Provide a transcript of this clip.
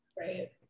right